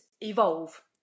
evolve